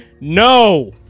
No